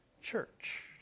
Church